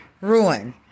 ruin